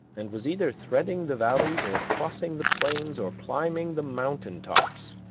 and was either threading the valleys, or crossing the plains, or climbing the mountain-tops.